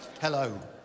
Hello